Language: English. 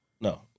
No